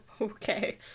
Okay